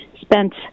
spent